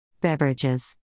Beverages